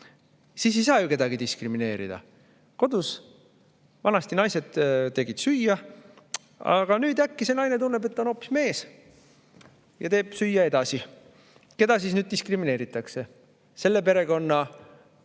Siis ei saa ju kedagi diskrimineerida. Kodus vanasti naised tegid süüa, aga nüüd äkki see naine tunneb, et on hoopis mees, ja teeb süüa edasi. Keda siis diskrimineeritakse? Selle perekonna,